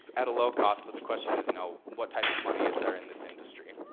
at a low cost but the question is, you know what type of money is there in this industry?